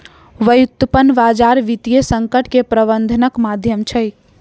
व्युत्पन्न बजार वित्तीय संकट के प्रबंधनक माध्यम छै